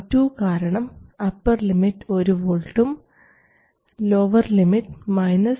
M2 കാരണം upper limit 1 V ഉം lower limit 0